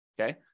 okay